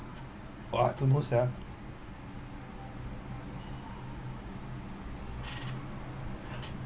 !wah! don't know sia